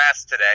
today